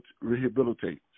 rehabilitate